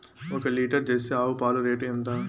ఒక litre Jersey ఆవు పాలు రేటు ఎంత?